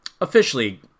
officially